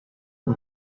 amb